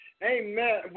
Amen